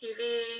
TV